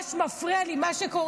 ממש מפריע לי מה שקורה